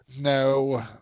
No